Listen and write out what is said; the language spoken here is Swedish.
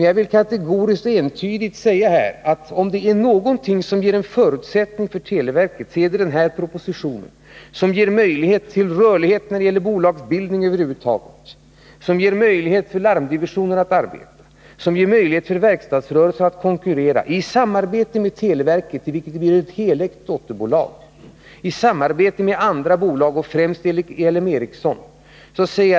Jag vill kategoriskt och entydigt säga att om det är någonting som ger förutsättningar för televerket så är det den här propositionen, som ger möjlighet till rörlighet i fråga om bolagsbildningen över huvud taget, möjlighet för larmdivisionen att arbeta och möjlighet för verkstadsrörelsen att konkurrera i samarbete med televerket, i vilket det blir ett helägt dotterbolag, och i samarbete med andra bolag och främst L M Ericsson.